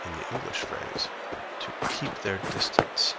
in the english phrase to keep their distance.